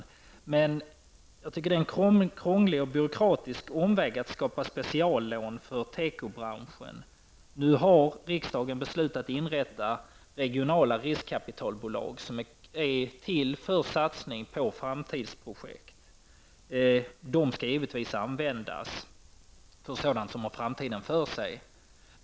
Jag tycker emellertid att det är en krånglig och byråkratisk omväg att skapa speciallån för tekobranschen. Nu har riksdagen beslutat att inrätta regionala riskkapitalbolag som skall satsa på framtidsprojekt. De skall givetvis användas för sådant som har framtiden för sig.